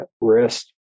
wrist